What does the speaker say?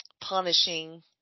punishing